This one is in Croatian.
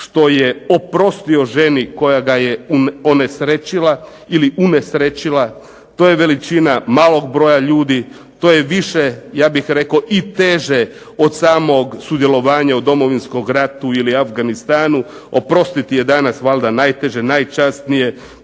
što je oprostio ženi koja ga je unesrećila. To je veličina malog broja ljudi. To je više ja bih rekao i teže od samog sudjelovanja u Domovinskom ratu ili Afganistanu. Oprostiti je danas najteže, najčasnije,